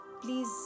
please